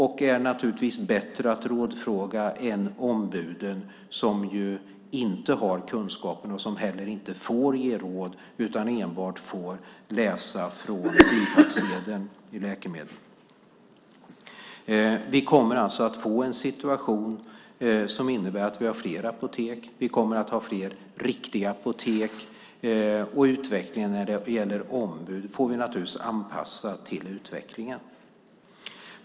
De är naturligtvis bättre att rådfråga än ombuden som inte har kunskapen och som inte heller får ge råd utan enbart får läsa på bipacksedeln för läkemedlen. Vi kommer alltså att få en situation som innebär att vi har fler apotek. Vi kommer att ha fler riktiga apotek. Och utvecklingen när det gäller ombud får vi naturligtvis anpassa till utvecklingen.